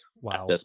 Wow